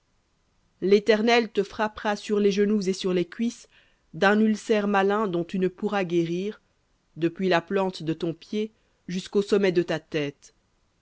l'éternel te frappera sur les genoux et sur les cuisses d'un ulcère malin dont tu ne pourras guérir depuis la plante de ton pied jusqu'au sommet de ta tête